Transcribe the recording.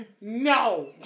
No